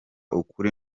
ukuri